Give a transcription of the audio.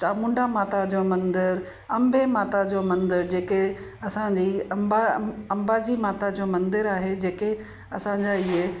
चामुंडा माता जो मंदर अंबे माता जो मंदर जेके अंसाजी अंबा अंबाजी माता जो मंदरु आहे जेके असांजा ईअं